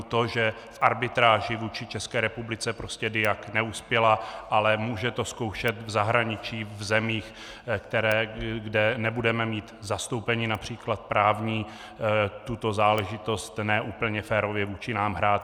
To, že v arbitráži vůči České republice prostě Diag neuspěla, ale může to zkoušet v zahraničí, v zemích, kde nebudeme mít zastoupení například právní, tuto záležitost ne úplně férově vůči nám hrát.